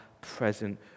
present